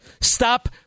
Stop